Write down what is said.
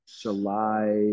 July –